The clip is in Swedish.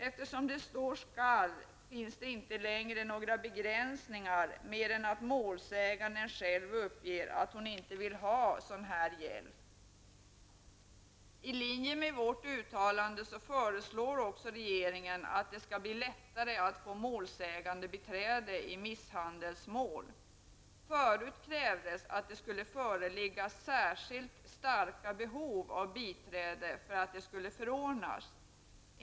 Eftersom det står ''skall'' finns det inte längre några begränsningar mer än att målsägaren själv uppger att hon inte vill ha sådan här hjälp. I linje med vårt uttalande föreslår också regeringen att det skall bli lättare att få målsägandebiträde i misshandelsmål. Förut krävdes att det skulle föreligga särskilt starka behov av biträde för att det skulle förordnas sådant.